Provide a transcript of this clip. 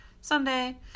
Sunday